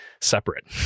separate